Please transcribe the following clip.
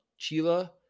Chila